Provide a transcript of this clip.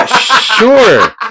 Sure